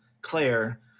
Claire